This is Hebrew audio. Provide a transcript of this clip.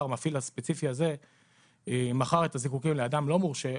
המפעיל הספציפי הזה מכר את הזיקוקין לאדם לא מורשה,